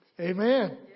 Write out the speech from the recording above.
Amen